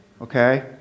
Okay